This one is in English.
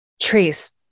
Trace